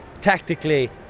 tactically